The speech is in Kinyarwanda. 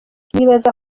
nibaza